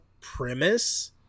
premise